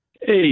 Hey